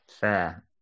fair